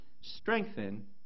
strengthen